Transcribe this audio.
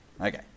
Okay